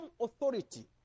authority